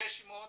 העולים